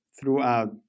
Throughout